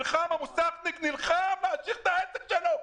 המוסכניק שנלחם להמשיך את העסק שלו,